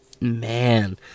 Man